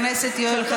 זה מאוד מאוד לא